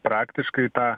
praktiškai tą